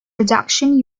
reduction